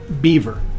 Beaver